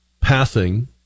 passing